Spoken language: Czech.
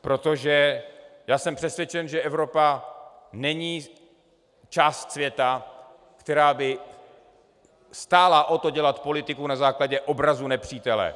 Protože jsem přesvědčen, že Evropa není část světa, která by stála o to dělat politiku na základě obrazu nepřítele.